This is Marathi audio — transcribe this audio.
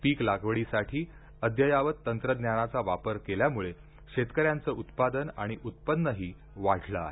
पीक लागवडीसाठी अद्ययावत तंत्रज्ञानाचा वापर केल्यामुळे शेतकऱ्यांचं उत्पादन आणि उत्पन्नही वाढलं आहे